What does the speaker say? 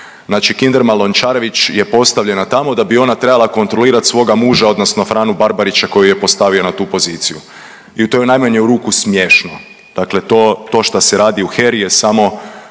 Znači Kinderman Lončarević je postavljena tamo da bi ona trebala kontrolirati svoga muža odnosno Franu Barbarića koji ju je postavio na tu poziciju. I to je u najmanju ruku smiješno. Dakle, to, to šta se radi u HERI je samo